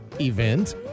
event